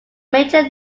major